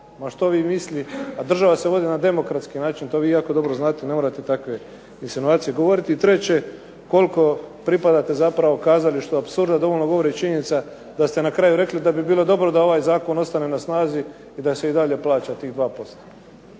što vi mislili. A država se vodi na demokratski način, to vi jako dobro znate. Ne morate takve insinuacije govoriti. I treće, koliko pripadate zapravo kazalištu apsurda dovoljno govori i činjenica da ste na kraju rekli da bi bilo dobro da ovaj zakon ostane na snazi i da se i dalje plaća tih 2%.